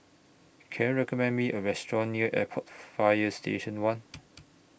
Can YOU recommend Me A Restaurant near Airport Fire Station one